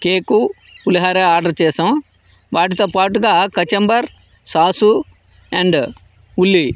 cake పులిహోర order చేసాం వాటితో పాటుగా కుకుంబర్ సాస్ అండ్ ఉల్లి